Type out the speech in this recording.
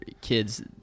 kids